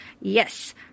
Yes